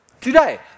Today